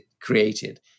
created